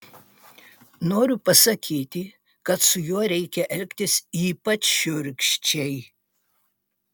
noriu pasakyti kad su juo reikia elgtis ypač šiurkščiai